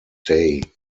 day